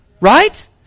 Right